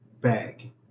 bag